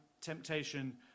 temptation